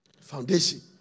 Foundation